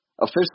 officially